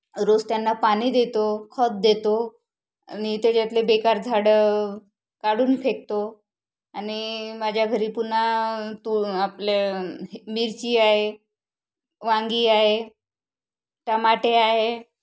रोज त्यांना पाणी देतो खत देतो आणि त्याच्यातले बेकार झाडं काढून फेकतो आणि माझ्या घरी पुन्हा तू आपल्या मिरची आहे वांगी आहे टमाटे आहे